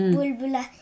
Bulbula